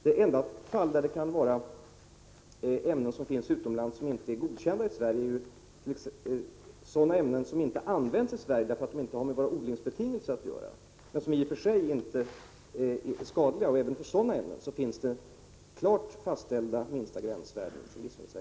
De enda fall där det kan förekomma ämnen som finns utomlands och som inte är godkända i Sverige gäller sådana ämnen som inte används i Sverige därför att de inte har med våra odlingsbetingelser att göra men som inte i och för sig är skadliga. Även för sådana ämnen finns det av livsmedelsverket klart fastställda gränsvärden.